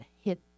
hit